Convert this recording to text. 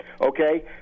Okay